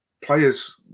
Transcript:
players